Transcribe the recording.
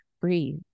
breathe